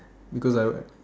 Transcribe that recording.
because I